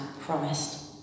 promised